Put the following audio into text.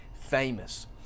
famous